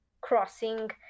crossing